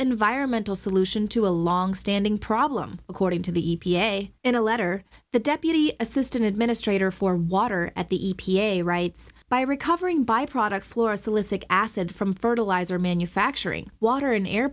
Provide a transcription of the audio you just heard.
environmental solution to a long standing problem according to the e p a in a letter the deputy assistant administrator for water at the e p a writes by recovering byproduct flora solicit acid from fertilizer manufacturing water an air